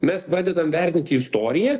mes pradedam vertinti istoriją